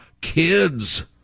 kids